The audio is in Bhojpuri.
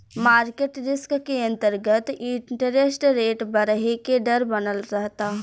मारकेट रिस्क के अंतरगत इंटरेस्ट रेट बरहे के डर बनल रहता